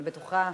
אני בטוחה,